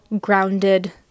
grounded